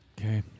Okay